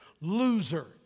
loser